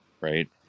right